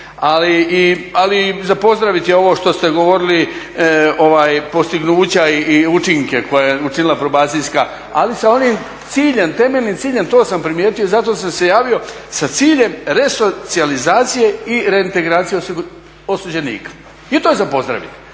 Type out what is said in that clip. Ali i za pozdraviti je ovo što ste govorili, postignuća i učinke koje je učinila probacijska, ali sa onim ciljem, temeljnim ciljem, to sam primijetio i zato sam se javio, sa ciljem resocijalizacije i reintegracije osuđenika. I to je za pozdraviti.